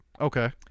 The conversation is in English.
Okay